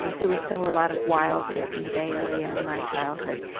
there was still a lot of wildness in the bay area in my childhood.